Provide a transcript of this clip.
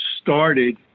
started